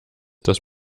dass